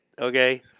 Okay